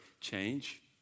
change